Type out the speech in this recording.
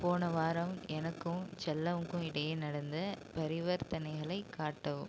போன வாரம் எனக்கும் செல்லமுக்கும் இடையே நடந்த பரிவர்த்தனைகளை காட்டவும்